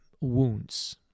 wounds